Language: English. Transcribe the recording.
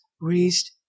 raised